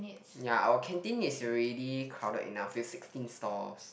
ya our canteen is already crowded enough we have sixteen stalls